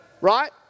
Right